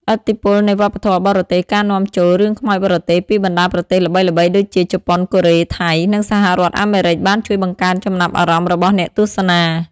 ឥទ្ធិពលនៃវប្បធម៌បរទេស ការនាំចូល រឿងខ្មោចបរទេស ពីបណ្ដាប្រទេសល្បីៗដូចជា ជប៉ុន កូរ៉េ ថៃ និងសហរដ្ឋអាមេរិក បានជួយបង្កើនចំណាប់អារម្មណ៍របស់អ្នកទស្សនា។